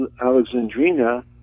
Alexandrina